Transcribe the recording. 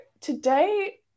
today